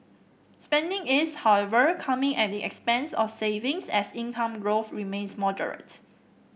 spending is however coming at the expense of savings as income growth remains moderate